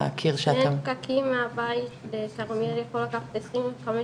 יש פקקים מהבית לכרמיאל, יכול לקחת 25 דקות,